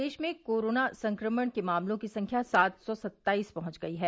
प्रदेश में कोरोना संक्रमण के मामलों की संख्या सात सौ सत्ताईस पहुंच गई है